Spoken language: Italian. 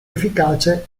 efficace